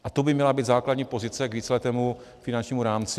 A to by měla být základní pozice k víceletému finančnímu rámci.